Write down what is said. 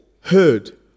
heard